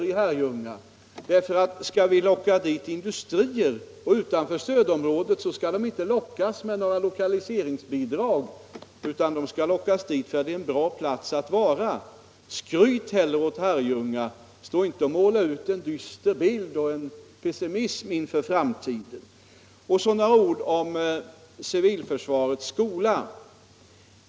Om vi skall locka industrier till Herrljunga eller till andra kommuner utanför stödområdet skall vi inte locka dem med några lokaliseringsbidrag, utan de skall lockas dit därför att kommunerna har bra orter att etablera sig i. Skryt hellre över Herrljunga än måla ut en dyster bild och skapa pessimism inför framtiden! Jag vill sedan säga några ord om civilförsvarsskolan i Herrljunga.